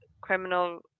criminal